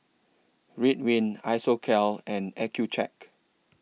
Ridwind Isocal and Accucheck